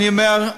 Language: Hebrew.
אני אומר,